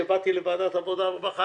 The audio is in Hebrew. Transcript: כשבאתי לוועדת העבודה והרווחה,